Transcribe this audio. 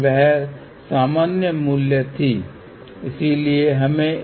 तो यह समाधान है ठीक है इसलिए अब प्रश्न पहले समाधान और इस समाधान के बीच है इनमे से कौन बेहतर है